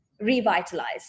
revitalized